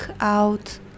out